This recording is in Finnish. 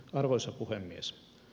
arvoisa puhemies